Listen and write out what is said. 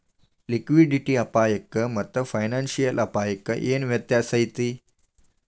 Liquidity ಅಪಾಯಕ್ಕಾಮಾತ್ತ financial ಅಪ್ಪಾಯಕ್ಕ ಏನ್ ವ್ಯತ್ಯಾಸೈತಿ?